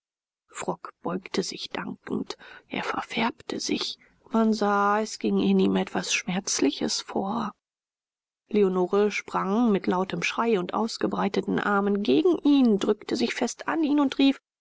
frock beugte sich dankend er verfärbte sich man sah es ging in ihm etwas schmerzliches vor leonore sprang mit lautem schrei und ausgebreiteten armen gegen ihn drückte sich fest an ihn und rief